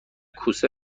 کوسه